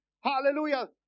Hallelujah